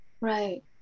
right